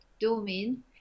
domain